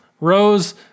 Rose